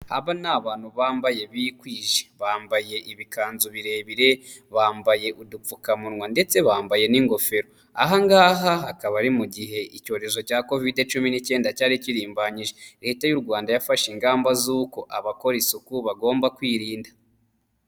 Aba ni abantu bambaye bikwije, bambaye ibikanzu birebire, bambaye udupfukamunwa ndetse bambaye n'ingofero, aha ngaha hakaba ari mu gihe icyorezo cya covid cumi n'icyenda cyari kirimbanyije, Leta y'u Rwanda yafashe ingamba z'uko abakora isuku bagomba kwirinda.